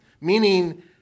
meaning